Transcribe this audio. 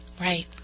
Right